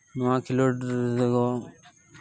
ᱱᱚᱣᱟ ᱠᱷᱮᱞᱳᱰ ᱫᱚ